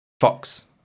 Fox